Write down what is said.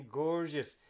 gorgeous